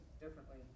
differently